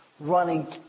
running